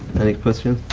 any questions?